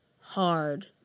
hard